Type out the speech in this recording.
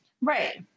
right